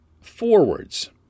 forwards